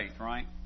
right